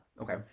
Okay